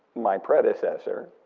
my predecessor